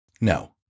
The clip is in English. No